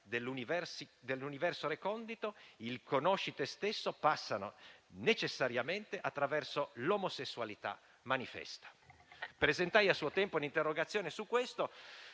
dell'universo recondito... il conosci te stesso passano necessariamente attraverso l'omosessualità manifesta». Presentai a suo tempo un'interrogazione su questo,